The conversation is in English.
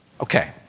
Okay